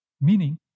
meaning